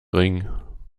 ring